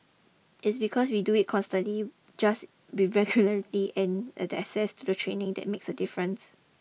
its because we do it constantly just with regularity and the access to the training that makes a difference